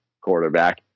quarterback